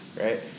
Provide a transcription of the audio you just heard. Right